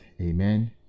Amen